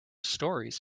stories